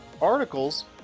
articles